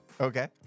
Okay